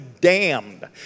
damned